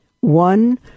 one